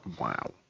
Wow